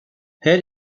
her